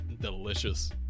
Delicious